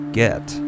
get